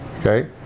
okay